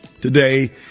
Today